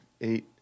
eight